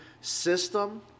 system